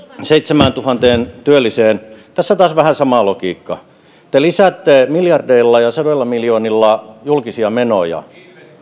seitsemääntuhanteen työlliseen niin tässä on taas vähän sama logiikka te lisäätte miljardeilla ja sadoilla miljoonilla julkisia menoja